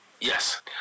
Yes